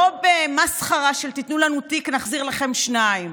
לא במסחרה של תיתנו לנו תיק, נחזיר לכם שניים,